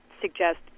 suggest